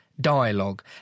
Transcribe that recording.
dialogue